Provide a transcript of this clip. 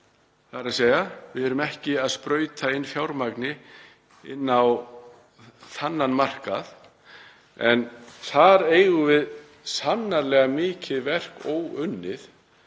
úr verðbólgu að við erum ekki að sprauta inn fjármagni á þann markað. En þarna eigum við sannarlega mikið verk óunnið.